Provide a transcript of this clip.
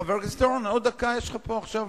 עוד דקה יש לך פה עכשיו,